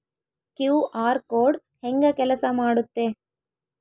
QR code ಹೆಂಗ ಕೆಲಸ ಮಾಡುತ್ತೆ?